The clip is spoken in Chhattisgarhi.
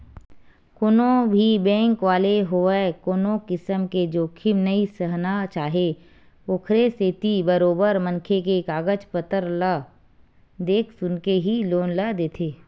कोनो भी बेंक वाले होवय कोनो किसम के जोखिम नइ सहना चाहय ओखरे सेती बरोबर मनखे के कागज पतर ल देख सुनके ही लोन ल देथे